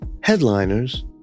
Headliners